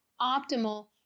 optimal